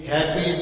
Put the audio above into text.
Happy